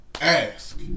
ask